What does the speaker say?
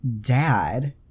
dad